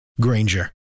Granger